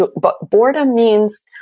but but boredom means,